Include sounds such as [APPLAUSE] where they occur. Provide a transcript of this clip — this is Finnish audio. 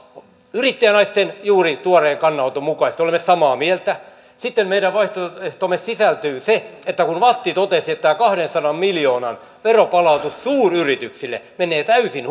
yrittäjänaisten juuri tuoreen kannanoton mukaisesti olemme samaa mieltä sitten meidän vaihtoehtoomme sisältyy se että kun vatt totesi että tämä kahdensadan miljoonan veronpalautus suuryrityksille menee täysin [UNINTELLIGIBLE]